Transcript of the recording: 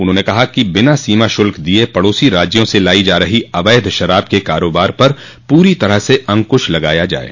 उन्होंने कहा कि बिना सीमा शुल्क दिये पड़ोसी राज्यों से लाई जा रही अवैध शराब के कारोबार पर पूरी तरह से अंकूश लगाया जाये